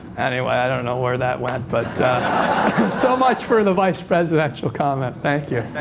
anyway, i don't know where that went. but so much for the vice presidential comment. thank you.